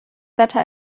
wetter